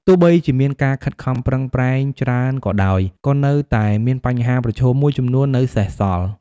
ទោះបីជាមានការខិតខំប្រឹងប្រែងច្រើនក៏ដោយ ក៏នៅតែមានបញ្ហាប្រឈមមួយចំនួននៅសេសសល់។